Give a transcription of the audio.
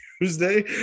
Tuesday